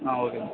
ஆ okay